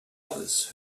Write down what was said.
others